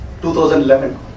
2011